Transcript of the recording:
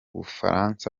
bufaransa